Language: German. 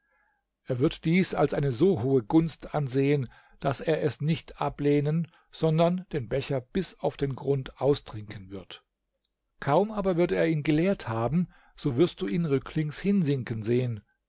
er wird dies als eine so hohe gunst ansehen daß er es nicht ablehnen sondern den becher bis auf den grund austrinken wird kaum aber wird er ihn geleert haben so wirst du ihn rücklings hinsinken sehen